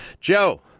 joe